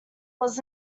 was